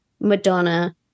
Madonna